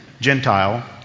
Gentile